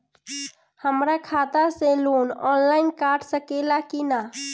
हमरा खाता से लोन ऑनलाइन कट सकले कि न?